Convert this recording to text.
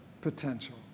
potential